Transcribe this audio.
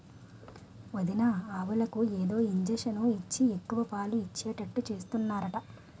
వదినా ఆవులకు ఏదో ఇంజషను ఇచ్చి ఎక్కువ పాలు ఇచ్చేటట్టు చేస్తున్నారట